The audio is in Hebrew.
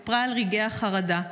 סיפרה על רגעי החרדה: